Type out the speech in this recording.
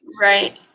Right